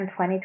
2020